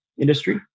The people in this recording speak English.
industry